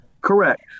Correct